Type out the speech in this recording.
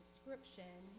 description